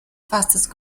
fastest